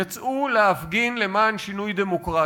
יצאו להפגין למען שינוי דמוקרטי.